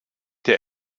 der